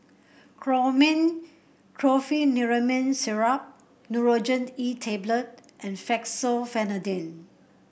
Chlormine Chlorpheniramine Syrup Nurogen E Tablet and Fexofenadine